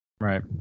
Right